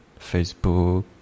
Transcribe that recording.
Facebook